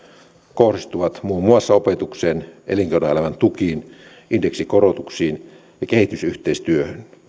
kohdistuvat muun muassa opetukseen elinkeinoelämän tukiin indeksikorotuksiin ja kehitysyhteistyöhön